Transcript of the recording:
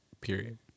Period